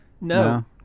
No